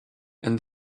and